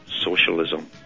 socialism